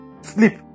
sleep